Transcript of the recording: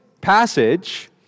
passage